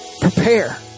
Prepare